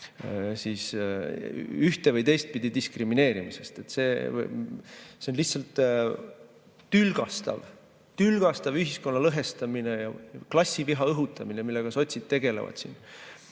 lapse ühte- või teistpidi diskrimineerimisest. See on lihtsalt tülgastav ühiskonna lõhestamine ja klassiviha õhutamine, millega sotsid siin